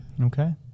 Okay